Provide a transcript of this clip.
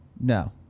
No